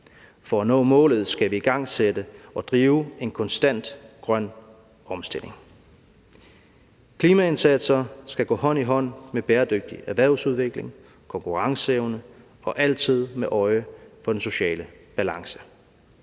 For at nå målet skal vi igangsætte og drive en konstant grøn omstilling. Klimaindsatser skal gå hånd i hånd med bæredygtig erhvervsudvikling, konkurrenceevne og altid med øje for den sociale balance.